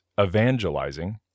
evangelizing